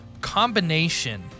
combination